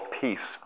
peace